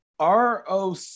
ROC